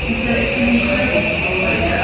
it's ah it's an incredible story. yeah